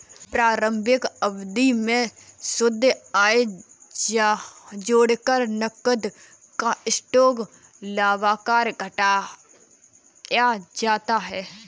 प्रारंभिक अवधि में शुद्ध आय जोड़कर नकद तथा स्टॉक लाभांश घटाया जाता है